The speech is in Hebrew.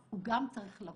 אי אפשר לקטוע אותו בכל